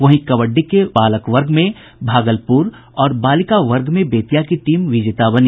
वहीं कबड्डी के बालक वर्ग में भागलपुर और बालिका वर्ग में बेतिया की टीम विजेता बनी